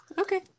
Okay